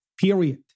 Period